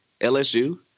LSU